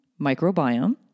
microbiome